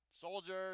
Soldiers